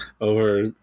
over